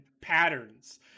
patterns